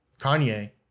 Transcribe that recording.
Kanye